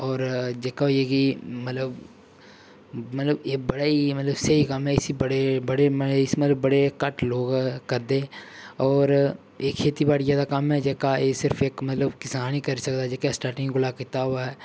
होर जेह्का होई गेआ कि मतलब मतलब एह् बड़ा ही मतलब स्हेई कम्म ऐ इसी मतलब बड़े मतलब बड़े घट्ट लोग करदे होर एह् खेती बाड़ियै दा कम्म ऐ जेह्का एह् सिर्फ इक मतलब किसान ही करी सकदा जेह्का स्टार्टिंग कोला कीता होऐ